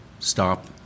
Stop